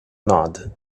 nod